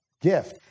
gift